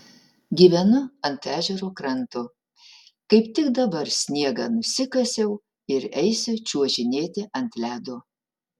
gyvenu ant ežero kranto kaip tik dabar sniegą nusikasiau ir eisiu čiuožinėti ant ledo